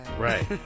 Right